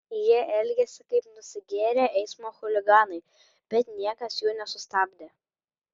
jie elgėsi kaip nusigėrę eismo chuliganai bet niekas jų nesustabdė